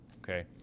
okay